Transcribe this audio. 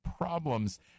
problems